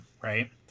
Right